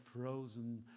frozen